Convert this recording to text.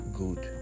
good